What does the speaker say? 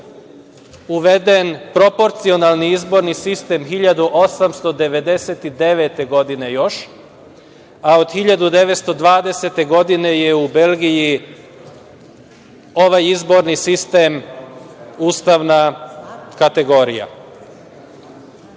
uveden proporcionalni izborni sistem 1899. godine još, a od 1920. godine je u Belgiji ovaj izborni sistem ustavna kategorija. Što